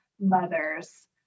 mothers